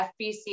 FBC